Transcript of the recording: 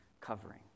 covering